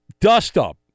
dust-up